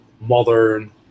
modern